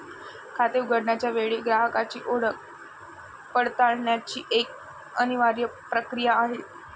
खाते उघडण्याच्या वेळी ग्राहकाची ओळख पडताळण्याची एक अनिवार्य प्रक्रिया आहे